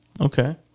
Okay